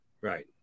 Right